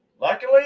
Luckily